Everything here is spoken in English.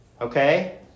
okay